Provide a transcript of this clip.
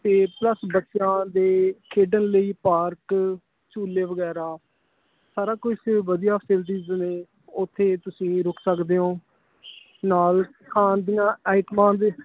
ਤੇ ਪਲੱਸ ਬੱਚਿਆਂ ਦੇ ਖੇਡਣ ਲਈ ਪਾਰਕ ਝੂਲੇ ਵਗੈਰਾ ਸਾਰਾ ਕੁਛ ਵਧੀਆ ਫਸਿਲਟੀਜ ਨੇ ਉੱਥੇ ਤੁਸੀਂ ਰੁੱਕ ਸਕਦੇ ਓਂ ਨਾਲ ਖਾਣ ਦੀਆ ਆਈਟਮਾਂ ਵੀ